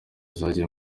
zagiye